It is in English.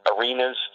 arenas